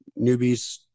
newbies